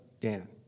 Dan